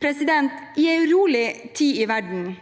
framover. I en urolig tid i verden